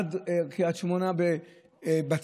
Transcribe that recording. עד קריית שמונה בצפון,